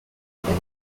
energy